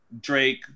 Drake